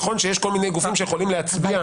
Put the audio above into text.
נכון שיש כל מיני גופים שיכולי להצביע.